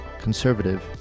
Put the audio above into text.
conservative